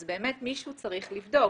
אז באמת מישהו צריך לבדוק.